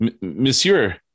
Monsieur